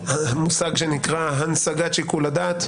יש מושג שנקרא "הנסגת שיקול הדעת".